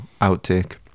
outtake